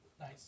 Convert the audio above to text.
Nice